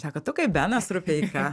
sako tu kaip benas rupeika